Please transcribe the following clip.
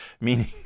meaning